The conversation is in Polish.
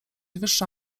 wyższa